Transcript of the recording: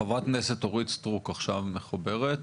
חה"כ אורית סטרוק עכשיו מחוברת?